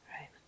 right